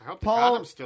Paul